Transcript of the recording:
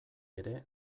ere